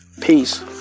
peace